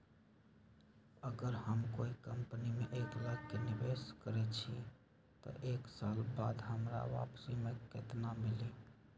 अगर हम कोई कंपनी में एक लाख के निवेस करईछी त एक साल बाद हमरा वापसी में केतना मिली?